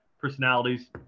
personalities